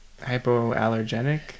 hypoallergenic